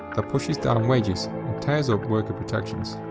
that pushes down wages and tears up worker protections.